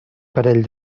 parell